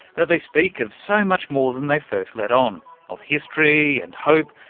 that they speak of so much more than they first let on of history and hope,